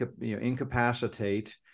incapacitate